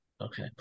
Okay